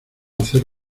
hacer